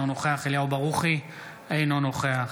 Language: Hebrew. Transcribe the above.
אינו נוכח